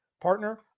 partner